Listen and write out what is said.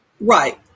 Right